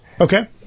Okay